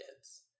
kids